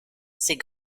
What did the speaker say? c’est